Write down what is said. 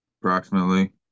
approximately